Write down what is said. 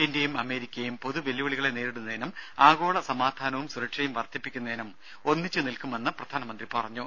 ഇന്ത്യയും അമേരിക്കയും പൊതു വെല്ലുവിളികളെ നേരിടുന്നതിനും ആഗോള സമാധാനവും സുരക്ഷയും വർധിപ്പിക്കുന്നതിനും ഒന്നിച്ചു നിൽക്കുമെന്ന് പ്രധാനമന്ത്രി പറഞ്ഞു